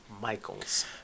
Michaels